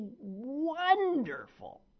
wonderful